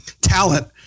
talent